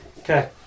Okay